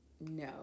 no